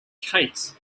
kate